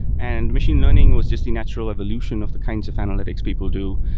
and machine learning was just the natural evolution of the kinds of analytics people do.